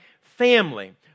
family